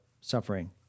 suffering